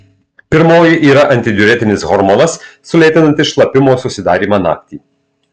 pirmoji yra antidiuretinis hormonas sulėtinantis šlapimo susidarymą naktį